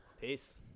peace